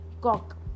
cock